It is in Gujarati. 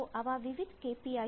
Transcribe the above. તો આવા વિવિધ k